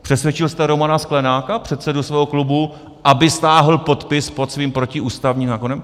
Přesvědčil jste Romana Sklenáka, předsedu svého klubu, aby stáhl podpis pod svým protiústavním zákonem?